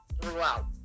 throughout